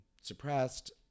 suppressed